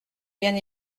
bien